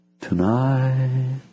tonight